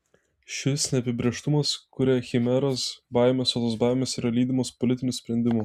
šis neapibrėžtumas kuria chimeras baimes o tos baimės yra lydimos politinių sprendimų